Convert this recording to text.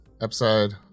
episode